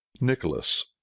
Nicholas